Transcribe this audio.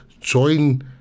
join